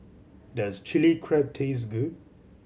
does Chili Crab taste good